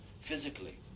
physically